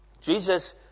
Jesus